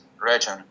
region